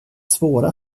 svåra